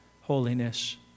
holiness